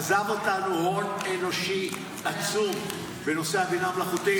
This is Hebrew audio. עזב אותנו הון אנושי עצום בנושא הבינה המלאכותית.